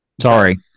Sorry